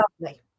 Lovely